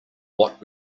what